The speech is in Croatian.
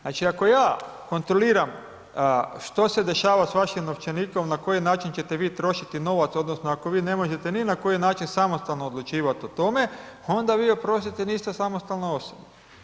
Znači ako ja kontroliram što se dešava s vašim novčanikom, na koji način će te vi trošiti novac odnosno ako vi ne možete ni na koji način samostalno odlučivat o tome, onda vi oprostite niste samostalna osoba.